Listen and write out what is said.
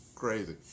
crazy